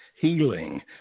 healing